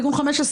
תיקון 15,